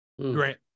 Great